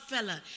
Fella